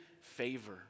favor